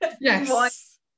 yes